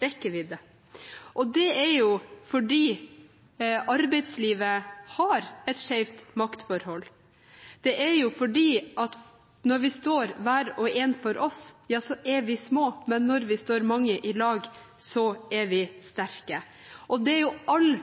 rekkevidde. Det er fordi arbeidslivet har et skjevt maktforhold. Det er fordi at når vi står hver for oss, er vi små, men når vi står mange i lag, er vi sterke. All